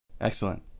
Excellent